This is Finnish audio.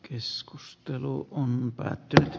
keskustelu on päättynyt